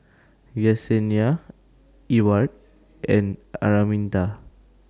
Yesenia Ewart and Araminta